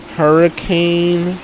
hurricane